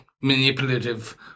manipulative